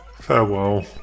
farewell